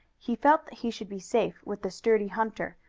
he felt that he should be safe with the sturdy hunter,